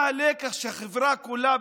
מה הלקח שהחברה כולה